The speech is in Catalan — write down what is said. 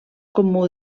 comú